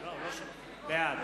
בעד